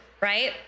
right